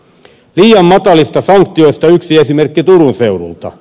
liian matalista sanktioista yksi esimerkki turun seudulta